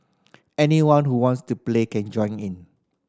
anyone who wants to play can join in